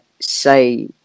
say